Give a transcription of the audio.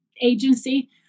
agency